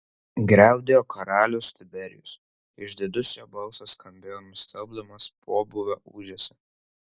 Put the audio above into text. griaudėjo karalius tiberijus išdidus jo balsas skambėjo nustelbdamas pobūvio ūžesį